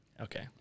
okay